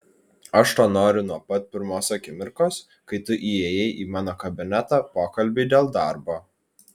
aš to noriu nuo pat pirmos akimirkos kai tu įėjai į mano kabinetą pokalbiui dėl darbo